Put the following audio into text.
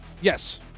yes